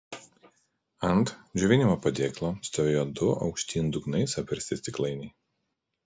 ant džiovinimo padėklo stovėjo du aukštyn dugnais apversti stiklainiai